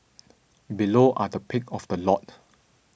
below are the pick of the lot